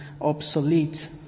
obsolete